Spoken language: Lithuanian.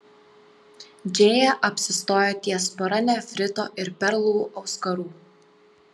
džėja apsistojo ties pora nefrito ir perlų auskarų